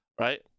right